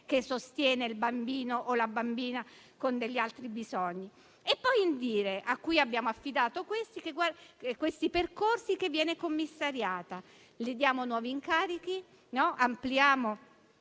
che sostiene il bambino o la bambina con degli altri bisogni. Mi soffermo poi su INDIRE, a cui abbiamo affidato questi percorsi, che viene commissariata. Diamo nuovi incarichi e ampliamo,